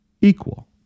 equal